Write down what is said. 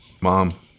Mom